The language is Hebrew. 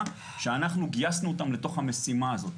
שאנחנו גייסנו אותם לתוך המשימה הזאת.